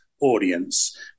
audience